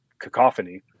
cacophony